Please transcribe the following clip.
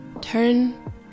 turn